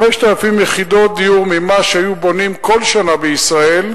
5,000 יחידות דיור ממה שהיו בונים כל שנה בישראל,